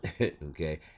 okay